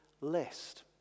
list